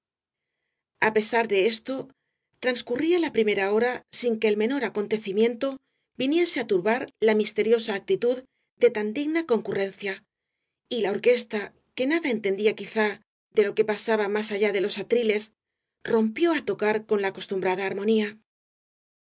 á pesar de esto transcurría la primera hora sin que el menor acontecimiento viniese á turbar la misteriosa actitud de tan digna concurrencia y la orquesta que nada entendía quizá de lo que pasaba más allá de los atriles rompió á tocar con la acostumbrada armonía